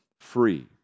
free